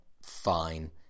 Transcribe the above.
Fine